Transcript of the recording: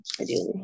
ideally